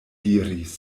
diris